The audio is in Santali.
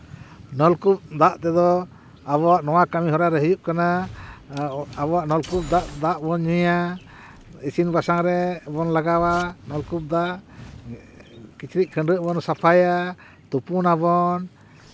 ᱱᱚᱞᱠᱩᱯ ᱫᱟᱜ ᱛᱮᱫᱚ ᱟᱵᱚᱣᱟᱜ ᱱᱚᱣᱟ ᱠᱟᱹᱢᱤᱦᱚᱨᱟ ᱨᱮ ᱦᱩᱭᱩᱜ ᱠᱟᱱᱟ ᱟᱵᱚᱣᱟᱜ ᱱᱚᱞᱠᱩᱯ ᱫᱟᱜ ᱫᱟᱜ ᱵᱚᱱ ᱧᱩᱭᱟ ᱤᱥᱤᱱ ᱵᱟᱥᱟᱝ ᱨᱮᱵᱚᱱ ᱞᱟᱜᱟᱣᱟ ᱱᱚᱞᱠᱩᱯ ᱫᱟᱜ ᱠᱤᱪᱨᱤᱪ ᱠᱷᱟᱹᱰᱣᱟᱹᱜ ᱵᱚᱱ ᱥᱟᱯᱷᱟᱭᱟ ᱛᱩᱯᱩᱱᱟᱵᱚᱱ